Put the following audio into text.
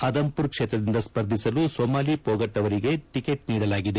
ಅದಂಪುರ್ ಕ್ಷೇತ್ರದಿಂದ ಸ್ಪರ್ಧಿಸಲು ಸೊಮಾಲಿ ಪೋಗಟ್ ಅವರಿಗೆ ಟಿಕೆಟ್ ನೀಡಲಾಗಿದೆ